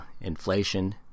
inflation